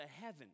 heaven